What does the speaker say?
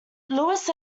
lewis